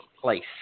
Place